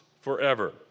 forever